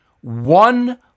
one